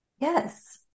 Yes